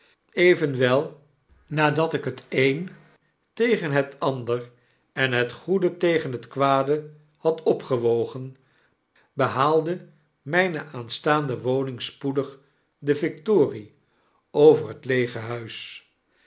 evenwel nadat ik het een tegen het ander en het goede tegen het kwade had opgewogen behaalde myne aanstaande woning spoedig de victorie over het leege huis